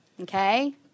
okay